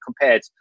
compared